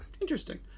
interesting